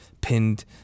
pinned